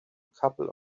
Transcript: couple